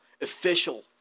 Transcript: official